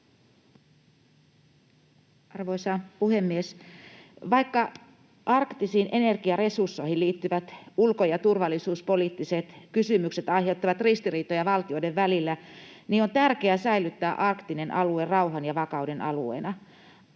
Arvoisa puhemies! Vaikka arktisiin energiaresursseihin liittyvät ulko- ja turvallisuuspoliittiset kysymykset aiheuttavat ristiriitoja valtioiden välillä, on tärkeää säilyttää arktinen alue rauhan ja vakauden alueena.